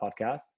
podcast